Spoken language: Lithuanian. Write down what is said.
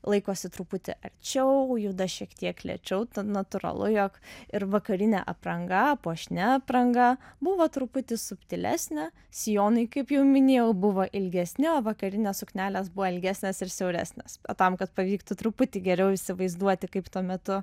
laikosi truputį arčiau juda šiek tiek lėčiau tad natūralu jog ir vakarinė apranga puošni apranga buvo truputį subtilesnė sijonai kaip jau minėjau buvo ilgesni o vakarinės suknelės buvo ilgesnės ir siauresnės tam kad pavyktų truputį geriau įsivaizduoti kaip tuo metu